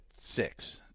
six